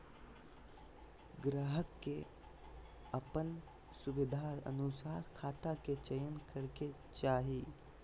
ग्राहक के अपन सुविधानुसार खाता के चयन करे के चाही